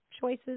choices